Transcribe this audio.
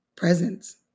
presence